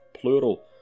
plural